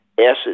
acid